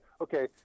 okay